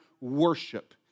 worship